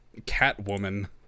Catwoman